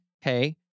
hey